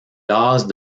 lasse